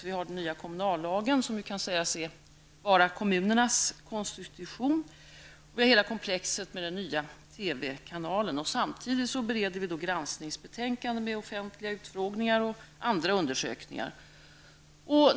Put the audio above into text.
Vi har den nya kommunallagen, som kan sägas vara kommunernas konstitution, och vi har hela komplexet med den nya TV-kanalen. Samtidigt bereder vi granskningsbetänkandet med offentliga utfrågningar och andra undersökningar.